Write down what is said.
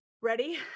Ready